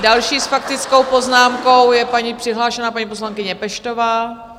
Další s faktickou poznámkou je přihlášena paní poslankyně Peštová.